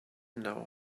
know